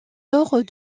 horst